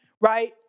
right